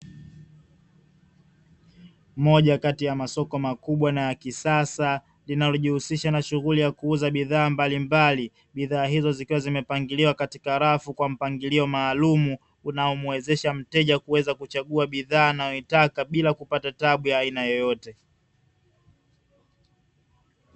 Moja kati ya masoko makubwa na ya kisasa, linalojihusisha na shughuli ya kuuza bidhaa mbalimbali. Bidhaa hizo zikiwa zimepangiliwa katika rafu kwa mpangilio maalumu, unaomuwezesha mteja kuweza kuchagua bidhaa anayoitaka bila kupata taabu ya aina yoyote.